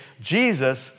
Jesus